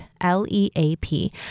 L-E-A-P